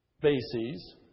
bases